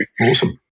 awesome